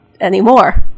Anymore